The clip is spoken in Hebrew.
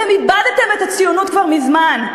אתם איבדתם את הציונות כבר מזמן.